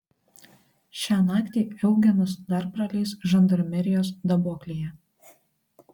šią naktį eugenas dar praleis žandarmerijos daboklėje